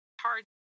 hard